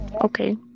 Okay